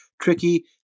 tricky